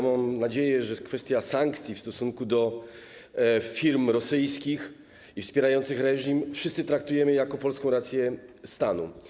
Mam nadzieję, że kwestię sankcji wobec firm rosyjskich i wspierających reżim wszyscy traktujemy jako polską rację stanu.